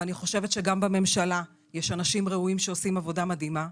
אני חושבת שגם בממשלה יש אנשים ראויים שעושים עבודה מדהימה.